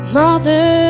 mother